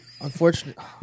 Unfortunately